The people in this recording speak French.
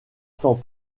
sans